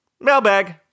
mailbag